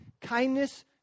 kindness